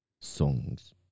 songs